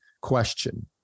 question